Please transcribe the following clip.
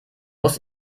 muss